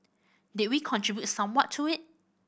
did we contribute somewhat to it